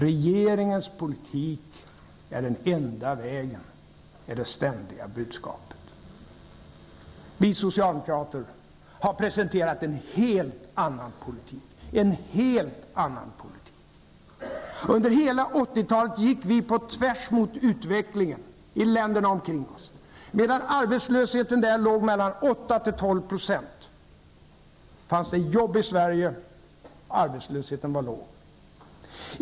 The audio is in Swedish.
Regeringens politik är den ''enda'' vägen, är det ständiga budskapet. Vi socialdemokrater har presenterat en helt annan politik. Under hela 80-talet gick vi på tvärs mot utvecklingen i länderna omkring oss. Medan arbetslösheten där låg på 8--12 % fanns det jobb i Sverige, och arbetslösheten var låg.